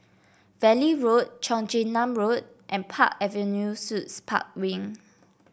Valley Road Cheong Chin Nam Road and Park Avenue Suites Park Wing